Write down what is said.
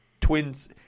twins